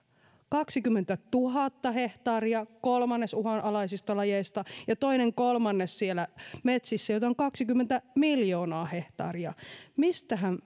kaksikymmentätuhatta hehtaaria kolmannes uhanalaisista lajeista ja toinen kolmannes siellä metsissä joita on kaksikymmentä miljoonaa hehtaaria mistähän